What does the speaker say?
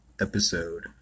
episode